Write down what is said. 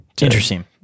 Interesting